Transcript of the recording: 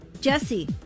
Jesse